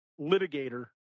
litigator